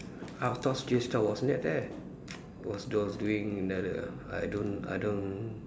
I was thought Jay Chou was th~ there was was those doing another I don't I don't